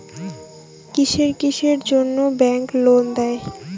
কিসের কিসের জন্যে ব্যাংক লোন দেয়?